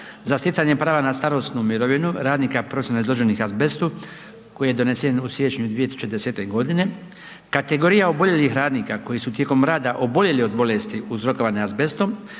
za stjecanje prava na starosnu mirovinu radnika profesionalno izloženih azbestu koji je donesen u siječnju 2010.g. kategorija oboljelih radnika koji su tijekom rada oboljeli od bolesti uzrokovane azbestom,